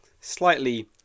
slightly